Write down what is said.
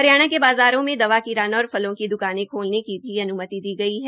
हरियाणा के बाज़ारों में दवा किराना और फलों की द्काने खोलने की अन्मति दी गई है